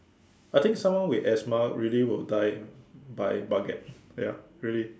I think someone with asthma really will die by baguettes ya really